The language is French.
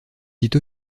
site